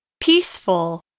Peaceful